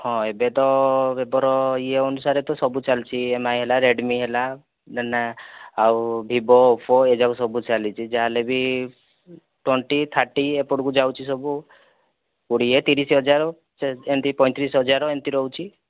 ହଁ ଏବେ ତ ଏବେର ଇଏ ଅନୁସାରେ ତ ସବୁ ଚାଲିଛି ଏମ୍ଆଇ ହେଲା ରେଡ଼୍ମି ହେଲା ଦେନ୍ ଆଉ ଭିଭୋ ଓପୋ ଏଯାକ ସବୁ ଚାଲିଛି ଯାହାହେଲେ ବି ଟ୍ୱେଣ୍ଟି ଥାର୍ଟି ଏପଟକୁ ଯାଉଛି ସବୁ କୋଡ଼ିଏ ତିରିଶ ହଜାର ଏମିତି ପଇଁତିରିଶ ହଜାର ଏମିତି ରହୁଛି